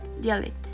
dialect